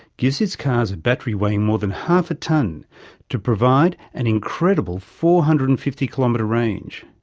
gives its cars a battery weighing more than half a tonne to provide an incredible four hundred and fifty kilometre range,